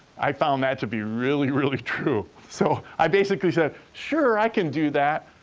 i found that to be really, really true. so, i basically said, sure, i can do that.